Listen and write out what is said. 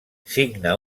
signa